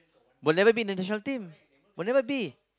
we'll never be in the national team we'll never be